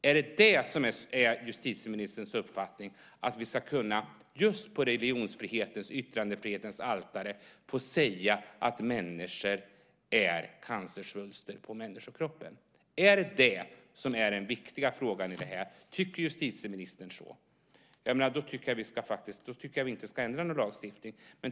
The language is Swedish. Är det justitieministerns uppfattning att vi ska kunna få säga, just som ett offer på religionsfrihetens och yttrandefrihetens altare, att människor är cancersvulster på människokroppen? Är det den viktiga frågan? Tycker justitieministern så? Då tycker jag inte att vi ska ändra någon lagstiftning.